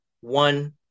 one